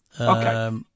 Okay